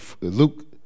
Luke